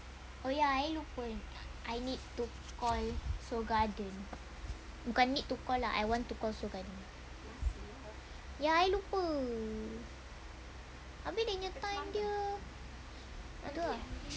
oh ya I lupa I need to call seoul garden bukan need to call I want to call seoul garden ya I lupa abeh dia punya time dia ah tu ah